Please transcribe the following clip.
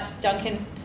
Duncan